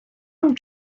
and